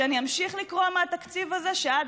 שאני אמשיך לקרוא מהתקציב הזה שעד